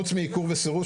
חוץ מעיקור וסירוס,